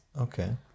Okay